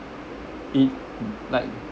it like